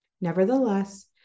Nevertheless